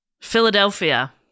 Philadelphia